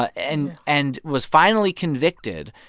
and and was finally convicted.